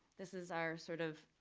this is our sort of,